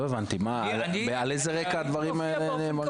לא הבנתי, על איזה רקע הדברים האלה נאמרים?